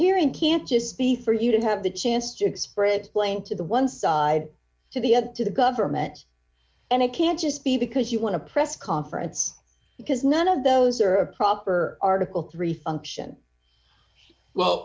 hearing can't just be for you to have the chance to express it claim to the one side to be up to the government and it can't just be because you want to press conference because none of those are a proper article three function well